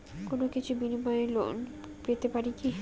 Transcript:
কোনো কিছুর বিনিময়ে লোন পেতে পারি কি?